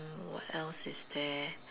what else is there